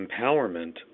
empowerment